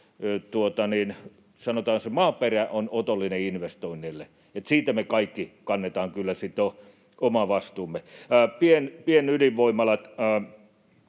maaperä on otollinen investoinneille. Siitä me kaikki kannetaan kyllä sitten oma vastuumme. Pienydinvoimalat: